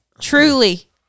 truly